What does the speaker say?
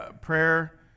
prayer